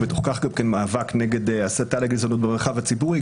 ובתוך כך גם כן מאבק נגד הסתה לגזענות במרחב הציבורי,